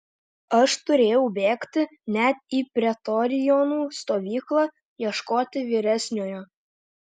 aš turėjau bėgti net į pretorionų stovyklą ieškoti vyresniojo